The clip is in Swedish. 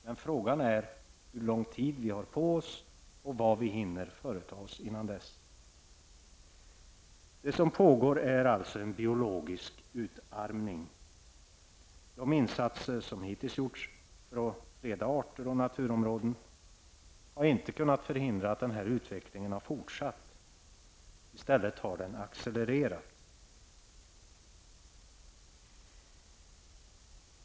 Frågan är hur lång tid vi har på oss och vad vi hinner företa oss innan dess. Det som pågår är alltså en biologisk utarmning. De insatser som hittills gjorts för att freda arter och naturområden har inte kunnat förhindra att utvecklingen fortsatt, utan i stället har den accelererat.